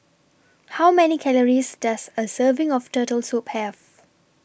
How Many Calories Does A Serving of Turtle Soup Have